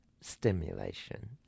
stimulation